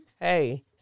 hey